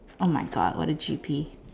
oh my God what a G_P